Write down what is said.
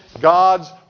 God's